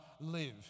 live